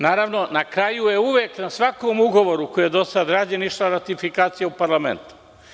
Naravno, na kraju je uvek na svakom ugovoru koji je do sada rađen išla ratifikacija u parlament.